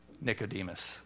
Nicodemus